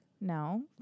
No